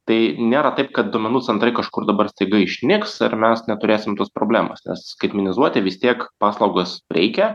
tai nėra taip kad duomenų centrai kažkur dabar staiga išnyks ar mes neturėsim tos problemos nes skaitmenizuoti vis tiek paslaugas reikia